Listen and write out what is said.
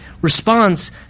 Response